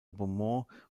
beaumont